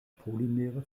polymere